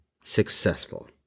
successful